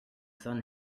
sun